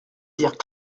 dire